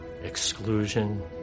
exclusion